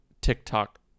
TikTok